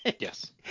Yes